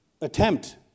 attempt